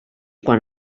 quan